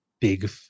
big